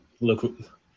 look